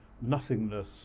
nothingness